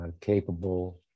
capable